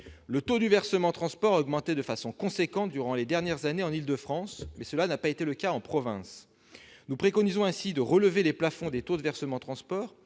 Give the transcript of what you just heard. Le taux du versement transport a augmenté de façon importante durant les dernières années en Île-de-France, mais cela n'a pas été le cas en province. Nous préconisons ainsi de relever les plafonds des taux de versement transport,